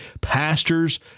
pastors